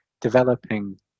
developing